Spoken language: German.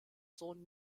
sohn